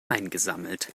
eingesammelt